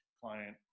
client